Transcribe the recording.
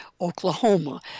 Oklahoma